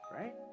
right